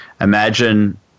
Imagine